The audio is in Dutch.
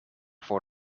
voor